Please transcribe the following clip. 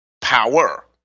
power